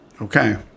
Okay